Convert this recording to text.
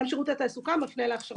גם שירות התעסוקה מפנה להכשרות.